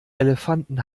elefanten